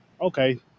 okay